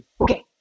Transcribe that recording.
okay